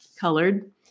colored